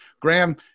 Graham